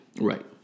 right